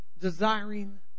desiring